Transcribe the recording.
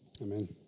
Amen